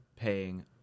paying